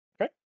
Okay